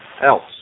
else